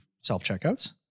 self-checkouts